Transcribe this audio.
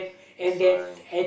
that's why